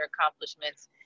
accomplishments